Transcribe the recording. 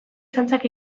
txantxak